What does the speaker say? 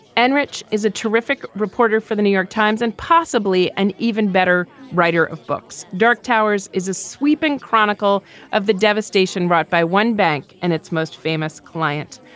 and rich is a terrific reporter for the new york times and possibly an even better writer of books. dark towers is a sweeping chronicle of the devastation wrought by one bank and its most famous client.